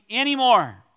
anymore